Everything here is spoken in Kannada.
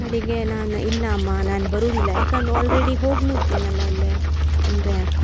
ಕಡೆಗೆ ನಾನು ಇಲ್ಲ ಅಮ್ಮ ನಾನು ಬರುವುದಿಲ್ಲ ಯಾಕನ್ ಆಲ್ರೆಡಿ ಹೋಗಿ ಮುಟ್ಟಿದ್ನಲ್ಲ ಅಲ್ಲಿ ಅಂದರೆ